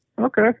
Okay